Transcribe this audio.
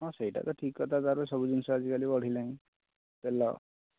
ହଁ ସେଇଟା ତ ଠିକ୍ କଥା ଦର ସବୁ ଜିନିଷ ଆଜିକାଲି ବଢ଼ିଲାଣି ତେଲ